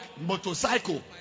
Motorcycle